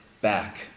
back